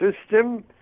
system